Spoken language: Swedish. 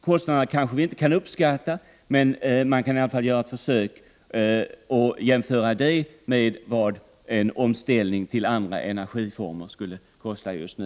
Kostnaderna kanske vi inte kan uppskatta med säkerhet, men man kan i alla fall göra ett försök och jämföra det med vad en omställning till andra energiformer skulle kosta just nu.